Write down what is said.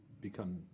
become